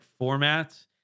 formats